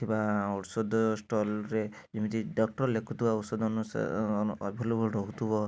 ଥିବା ଔଷଧ ଷ୍ଟଲ୍ରେ ଯେମିତି ଡକ୍ଟର୍ ଲେଖୁଥିବା ଔଷଧ ଆଭେଲେବଲ୍ ରହୁଥିବ